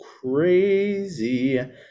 crazy